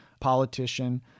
politician